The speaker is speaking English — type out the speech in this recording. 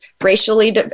racially